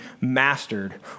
mastered